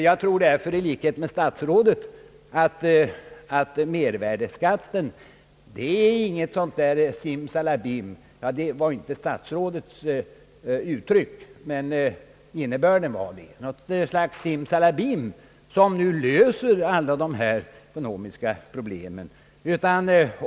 Jag tror i likhet med statsrådet att mervärdeskatten inte är en sådan där trollformel »simsalabim» — statsrådet uttryckte sig inte så men det var innebörden i hans yttrande — som löser alla ekonomiska problem.